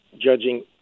judging